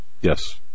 Yes